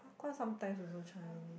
quite sometimes also Chinese